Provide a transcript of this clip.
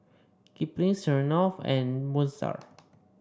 Kipling Smirnoff and Moon Star